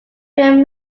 film